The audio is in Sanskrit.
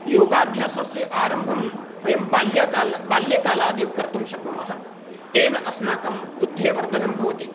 योगाभ्यासस्य आरम्भं वयं बाल्याकाल बाल्यकालादेव कर्तुं शक्नुमः तेन अस्माकं बुद्धेः वर्धनं भवति